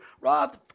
Rob